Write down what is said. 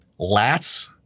lats